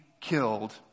killed